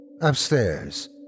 upstairs